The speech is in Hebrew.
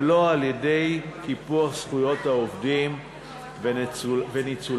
ולא על-ידי קיפוח זכויות העובדים וניצולם.